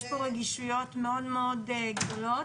יש פה רגישויות מאוד מאוד גדולות